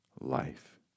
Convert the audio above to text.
life